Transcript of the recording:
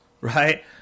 right